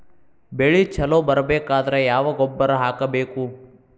ಬೆಳಿ ಛಲೋ ಬರಬೇಕಾದರ ಯಾವ ಗೊಬ್ಬರ ಹಾಕಬೇಕು?